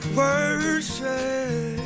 worship